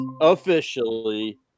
officially